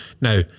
Now